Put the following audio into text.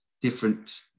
different